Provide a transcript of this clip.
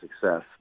success